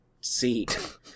seat